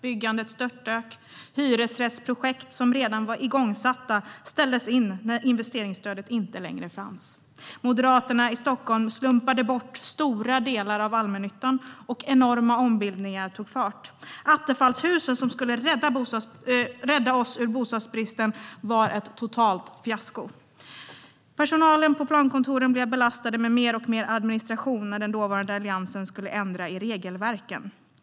Byggandet störtdök. Hyresrättsprojekt som redan var igångsatta ställdes in när investeringsstödet inte längre fanns. Moderaterna i Stockholm slumpade bort stora delar av allmännyttan, och enorma ombildningar tog fart. Attefallshusen som skulle rädda oss ur bostadsbristen var ett totalt fiasko. Personalen på plankontoren blev belastad med mer och mer administration när den dåvarande alliansregeringen skulle ändra i regelverken.